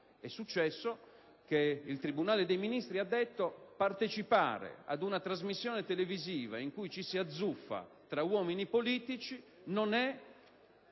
È successo che il tribunale dei ministri ha stabilito che partecipare ad una trasmissione televisiva in cui ci si azzuffa tra uomini politici,